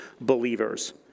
believers